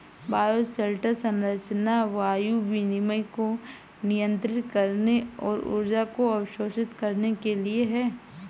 bioshelter संरचना वायु विनिमय को नियंत्रित करने और ऊर्जा को अवशोषित करने के लिए है